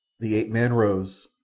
the ape-man rose,